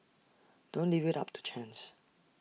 don't leave IT up to chance